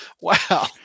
Wow